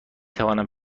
توانم